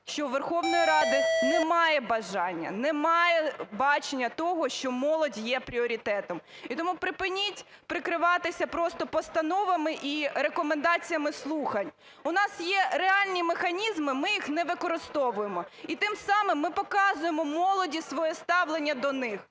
що у Верховної Ради немає бажання, немає бачення того, що молодь є пріоритетом. І тому припиніть прикриватися просто постановами і рекомендаціями слухань. У нас є реальні механізми, ми їх не використовуємо і тим самим ми показуємо молоді своє ставлення до них.